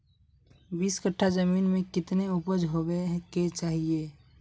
बीस कट्ठा जमीन में कितने उपज होबे के चाहिए?